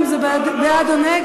לא תלוי במה, אם זה בעד או נגד.